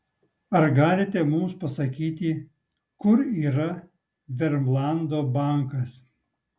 ar galite mums pasakyti kur yra vermlando bankas